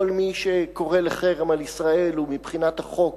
כל מי שקורא לחרם על ישראל, ומבחינת החוק